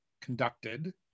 conducted